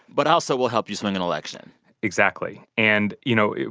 but i also will help you swing an election exactly. and, you know,